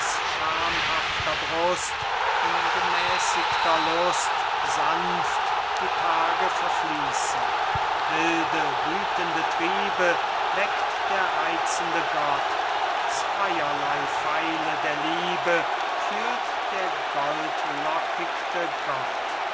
schamhafter brust in gemäßigter lust sanft die tage verfließen wilde wüthende triebe weckt der reizende gott zweierlei pfeile der liebe führt der